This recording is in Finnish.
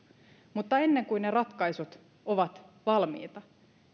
mutta ennen kuin ne ratkaisut ovat valmiita